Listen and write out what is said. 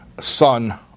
son